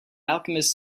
alchemist